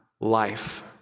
life